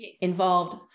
involved